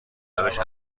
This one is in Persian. روش